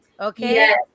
Okay